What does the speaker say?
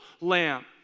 lamb